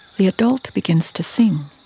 the adult begins to sing,